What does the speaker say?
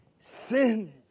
sins